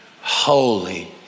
holy